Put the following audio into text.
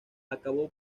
acabó